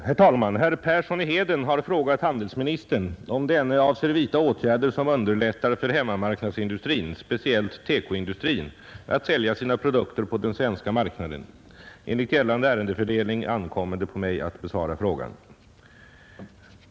Herr talman! Herr Persson i Heden har frågat handelsministern om denne avser vidta åtgärder som underlättar för hemmamarknadsindustrin, speciellt TEKO-industrin, att sälja sina produkter på den svenska marknaden. Enligt gällande ärendesfördelning ankommer det på mig att besvara frågan.